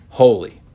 holy